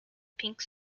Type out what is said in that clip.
pink